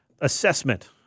assessment